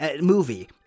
movie